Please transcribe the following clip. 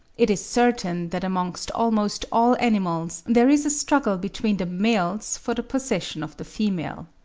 it is certain that amongst almost all animals there is a struggle between the males for the possession of the female.